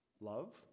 love